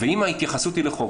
אם ההתייחסות היא לחוק,